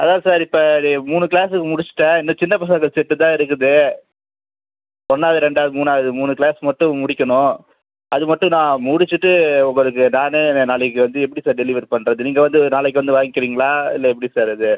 அதான் சார் இப்போ இது மூணு கிளாஸுக்கு முடிச்சுட்டேன் இன்னும் சின்ன பசங்க செட்டு தான் இருக்குது ஒன்றாவது ரெண்டாவது மூணாவது மூணு கிளாஸ் மட்டும் முடிக்கணும் அதுமட்டும் நான் முடிச்சுட்டு உங்களுக்கு நானே நாளைக்கு வந்து எப்படி சார் டெலிவரி பண்ணுறது நீங்கள் வந்து நாளைக்கு வந்து வாங்கிக்கிறீங்களா இல்லை எப்படி சார் அது